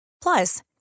Plus